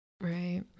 Right